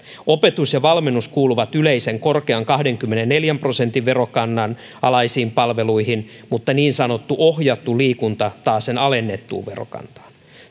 opetus ja valmennus kuuluvat yleisen korkean kahdenkymmenenneljän prosentin verokannan alaisiin palveluihin mutta niin sanottu ohjattu liikunta taasen alennettuun verokantaan